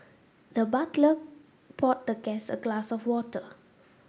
the butler poured the guest a glass of water